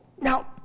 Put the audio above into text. Now